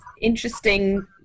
interesting